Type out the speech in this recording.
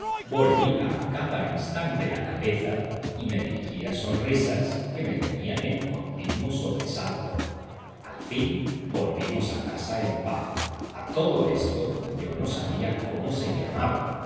volvía a cada instante la cabeza y me dirigía sonrisas que me tenían en continuo sobresalto al fin volvimos a casa en paz a todo esto yo no sabía cómo se llamaba